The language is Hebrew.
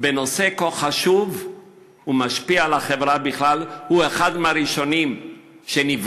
נושא כה חשוב ומשפיע על החברה בכלל הוא אחד מהראשונים שנפגעים,